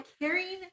carrying